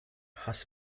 has